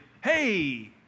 hey